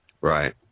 Right